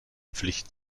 pflicht